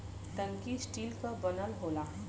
टंकी स्टील क बनल होला